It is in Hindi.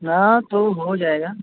हाँ तो हो जाएगा